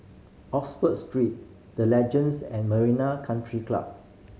Oxford Street The Legends and Marina Country Club